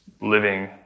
living